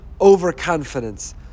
overconfidence